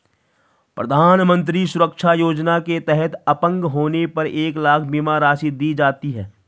प्रधानमंत्री सुरक्षा योजना के तहत अपंग होने पर एक लाख बीमा राशि दी जाती है